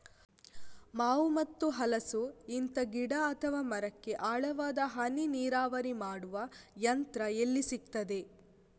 ಮಾವು ಮತ್ತು ಹಲಸು, ಇಂತ ಗಿಡ ಅಥವಾ ಮರಕ್ಕೆ ಆಳವಾದ ಹನಿ ನೀರಾವರಿ ಮಾಡುವ ಯಂತ್ರ ಎಲ್ಲಿ ಸಿಕ್ತದೆ?